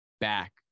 back